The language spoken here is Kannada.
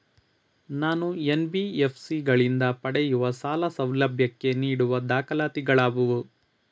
ನಾನು ಎನ್.ಬಿ.ಎಫ್.ಸಿ ಗಳಿಂದ ಪಡೆಯುವ ಸಾಲ ಸೌಲಭ್ಯಕ್ಕೆ ನೀಡುವ ದಾಖಲಾತಿಗಳಾವವು?